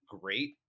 great